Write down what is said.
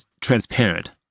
transparent